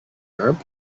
arab